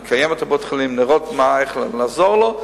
אנחנו נקיים את בית-החולים ונראה איך לעזור לו,